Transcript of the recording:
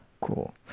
cool